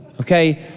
okay